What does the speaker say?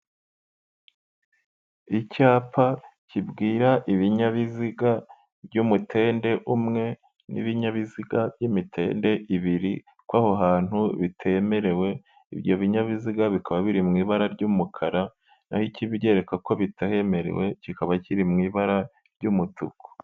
Icyapa kibwira ibinyabiziga by'umutende umwe n'ibinyabiziga by'imitende ibiri ko aho hantu bitemerewe, ibyo binyabiziga bikaba biri mu ibara ry'umukara naho ikibiyereka ko bitahemerewe kikaba kiri mu ibara ry'umutuku.